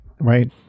right